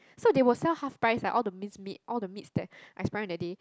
so they will sell half price like all the minced meat all the meats that expiring that day